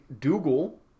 Dougal